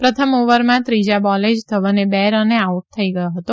પ્રથમ ઓવરમાં ત્રીજા બોલે જ ધવન બે રને આઉટ થઈ ગથો હતો